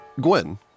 Gwen